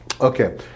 Okay